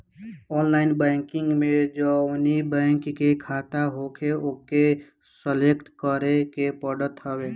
online banking में जवनी bank के खाता हवे ओके सलेक्ट करे के पड़त हवे